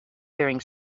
during